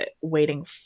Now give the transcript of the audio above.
waiting